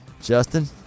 Justin